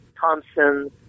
Thompson